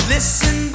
Listen